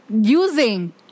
using